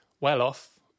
well-off